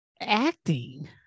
Acting